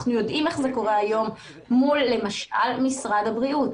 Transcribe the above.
אנחנו יודעים איך זה קורה היום מול למשל משרד הבריאות.